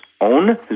Own